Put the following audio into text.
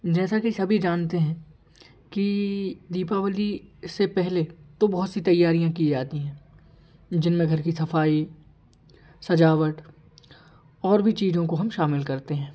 जैसा कि सभी जानते हैं कि दीपावली से पहले तो बहुत सी तैयारियाँ की जाती हैं जिनमें घर की सफाई सजावट और भी चीजों को हम शामिल करते हैं